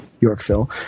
Yorkville